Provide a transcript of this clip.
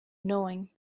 knowing